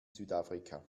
südafrika